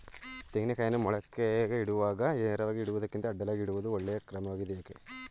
ತೆಂಗಿನ ಕಾಯಿಯನ್ನು ಮೊಳಕೆಗೆ ಇಡುವಾಗ ನೇರವಾಗಿ ಇಡುವುದಕ್ಕಿಂತ ಅಡ್ಡಲಾಗಿ ಇಡುವುದು ಒಳ್ಳೆಯ ಕ್ರಮವಾಗಿದೆ ಏಕೆ?